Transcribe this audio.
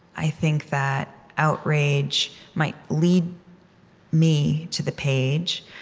i think that outrage might lead me to the page,